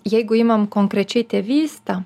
jeigu imam konkrečiai tėvystę